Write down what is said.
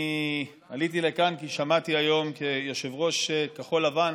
אני עליתי לכאן כי שמעתי היום את יושב-ראש כחול לבן